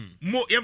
more